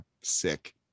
sick